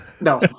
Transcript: No